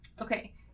Okay